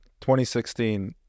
2016